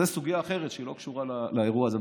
זו סוגיה אחרת, שלא קשורה לאירוע הזה.